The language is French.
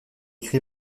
créé